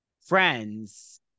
friends